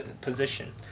position